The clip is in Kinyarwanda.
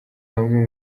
bamwe